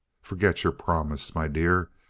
forget your promise. my dear,